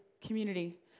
community